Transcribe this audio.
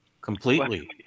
completely